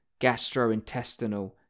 gastrointestinal